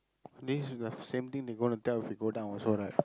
this is the same thing they gonna tell if they go down also right